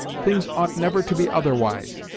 things ought never to be otherwise.